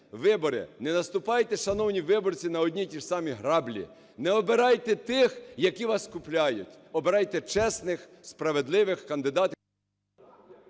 Вибори. Не наступайте, шановні виборці, на одні і ті ж самі граблі. Не обирайте тих, які вас купляють. Обирайте чесних, справедливих кандидатів…